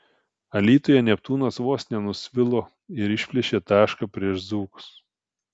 alytuje neptūnas vos nenusvilo ir išplėšė tašką prieš dzūkus